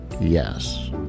yes